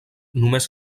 només